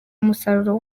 umusaruro